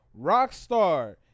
Rockstar